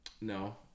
No